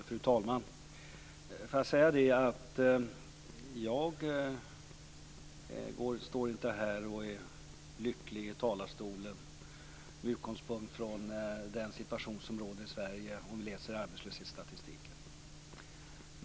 Fru talman! Jag står inte här i talarstolen och är lycklig med utgångspunkt i den situation som råder i Sverige beträffande arbetslöshetsstatistiken.